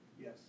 Yes